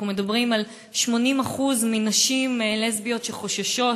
אנחנו מדברים על 80% מהנשים הלסביות שחוששות